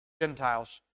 Gentiles